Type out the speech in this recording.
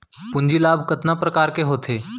पूंजी लाभ कतना प्रकार के होथे?